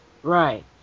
right